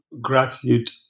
gratitude